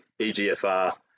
EGFR